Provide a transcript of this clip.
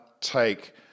take